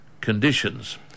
conditions